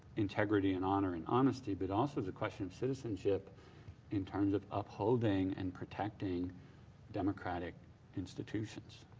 integrity and honor and honesty, but also the question of citizenship in terms of upholding and protecting democratic institutions.